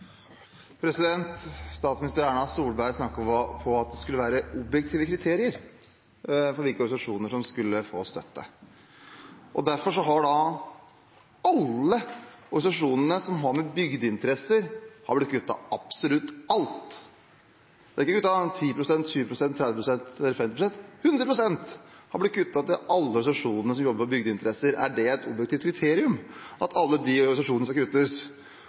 Statsminister Erna Solberg snakket om at det skulle være objektive kriterier for hvilke organisasjoner som skulle få støtte. Derfor har alle organisasjonene som har med bygdeinteresser å gjøre, fått kuttet absolutt alt. Det er ikke kuttet 10 pst., 20 pst., 30 pst. eller 50 pst. – 100 pst. er blitt kuttet til alle organisasjonene som jobber med bygdeinteresser. Er det et objektivt kriterium for at støtten til alle de organisasjonene skal kuttes?